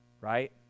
Right